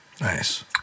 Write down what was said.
nice